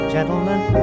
Gentlemen